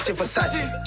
versace,